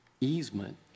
easement